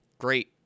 great